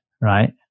right